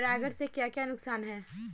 परागण से क्या क्या नुकसान हैं?